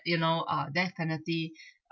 you know uh death penalty